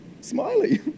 smiley